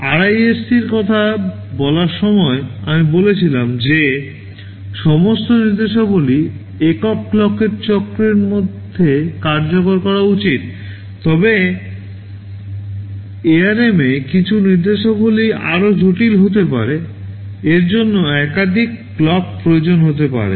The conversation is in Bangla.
আরআইএসসির কথা বলার সময় আমি বলেছিলাম যে সমস্ত নির্দেশাবলী একক ক্লকের চক্রের মধ্যে কার্যকর করা উচিত তবে ARM এ কিছু নির্দেশাবলী আরও জটিল হতে পারে এর জন্য একাধিক ক্লক প্রয়োজন হতে পারে